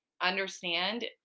understand